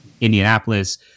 Indianapolis